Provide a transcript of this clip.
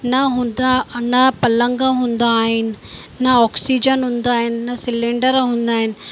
न हूंदा न पलंग हूंदा आहिनि न ऑक्सीजन हूंदा आहिनि न सिलेंडर हूंदा आहिनि